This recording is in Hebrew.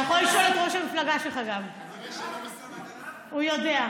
אתה יכול לשאול גם את ראש המפלגה שלך, הוא יודע.